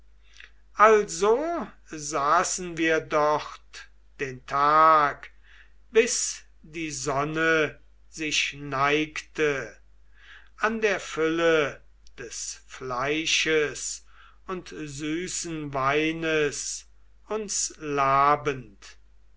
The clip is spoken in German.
gehorsam und wir saßen den ganzen tag bis die sonne sich neigte an der fülle des fleisches und süßen weines uns labend